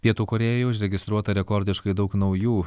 pietų korėjoj užregistruota rekordiškai daug naujų